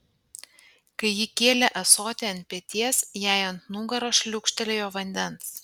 kai ji kėlė ąsotį ant peties jai ant nugaros šliūkštelėjo vandens